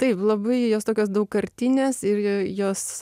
tai labai jos tokios daugkartinės ir jos